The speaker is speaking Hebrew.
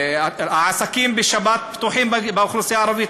שהעסקים בשבת יהיו פתוחים לאוכלוסייה הערבית.